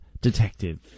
Detective